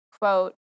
quote